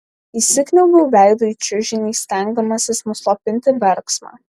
įsikniaubiau veidu į čiužinį stengdamasis nuslopinti verksmą